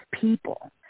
people